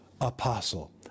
apostle